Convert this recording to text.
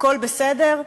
הכול בסדר?